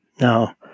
Now